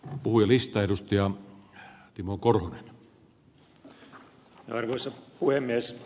hän puhui lista edustaja timo korhonen levynsä ed